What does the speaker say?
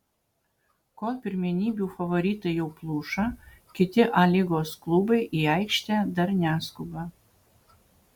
kol pirmenybių favoritai jau pluša kiti a lygos klubai į aikštę dar neskuba